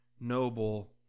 noble